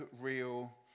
real